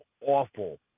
awful